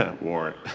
Warrant